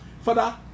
father